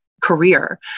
career